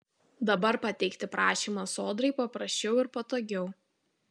dabar pateikti prašymą sodrai paprasčiau ir patogiau